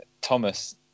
Thomas